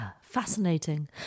fascinating